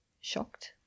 shocked